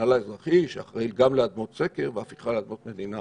המינהל האזרחי שאחראי גם על אדמות סקר והפיכה לאדמות מדינה